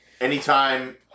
anytime